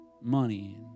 money